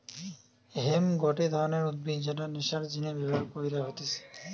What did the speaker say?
hemp গটে ধরণের উদ্ভিদ যেটা নেশার জিনে ব্যবহার কইরা হতিছে